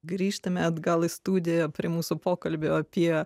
grįžtame atgal į studiją prie mūsų pokalbio apie